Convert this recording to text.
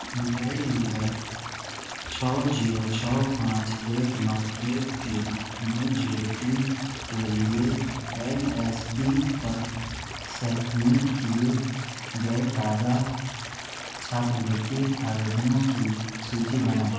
mobile नंबर छः zero छः पाँच एक नौ एक तीन नौ ज़ीरो तीन के लिए एन एस पी पर सबमिट किए गए ताज़ा छात्रवृत्ति आवेदनों की सूची बनाएँ